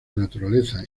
naturaleza